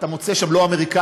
אתה מוצא שם לא אמריקנים,